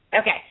Okay